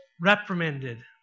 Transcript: reprimanded